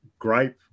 Grape